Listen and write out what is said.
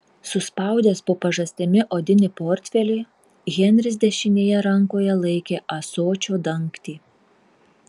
suspaudęs po pažastimi odinį portfelį henris dešinėje rankoje laikė ąsočio dangtį